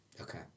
Okay